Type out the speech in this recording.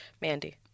Mandy